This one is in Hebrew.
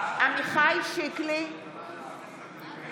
עמיחי שיקלי, אינו